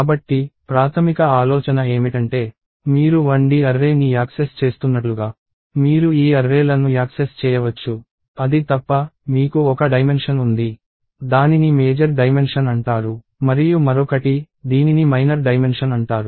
కాబట్టి ప్రాథమిక ఆలోచన ఏమిటంటే మీరు 1D అర్రే ని యాక్సెస్ చేస్తున్నట్లుగా మీరు ఈ అర్రే ల ను యాక్సెస్ చేయవచ్చు అది తప్ప మీకు ఒక డైమెన్షన్ ఉంది దానిని మేజర్ డైమెన్షన్ అంటారు మరియు మరొకటి దీనిని మైనర్ డైమెన్షన్ అంటారు